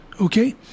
okay